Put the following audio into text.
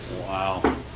wow